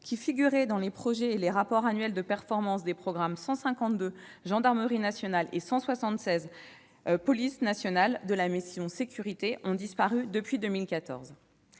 qui figuraient dans les projets et les rapports annuels de performance des programmes 152, « Gendarmerie nationale », et 176, « Police nationale », de la mission « Sécurités », avaient disparu depuis 2014.